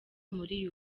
muri